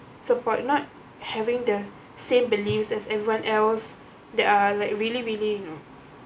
support not having the same beliefs as everyone else that are like really really you know